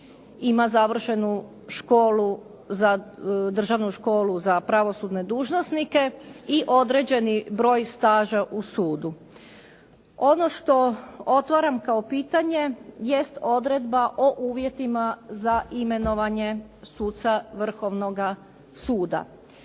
ima završenu školu, državnu školu za pravosudne dužnosnike i određeni broj staža u sudu. Ono što otvaram kao pitanje jest odredba o uvjetima za imenovanje suca Vrhovnoga suda.